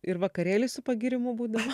ir vakarėliai su pagyrimu būdavo